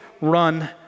run